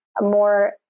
more